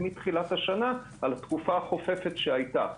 מתחילת השנה על התקופה חופפת שהייתה.